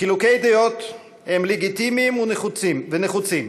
חילוקי דעות הם לגיטימיים ונחוצים,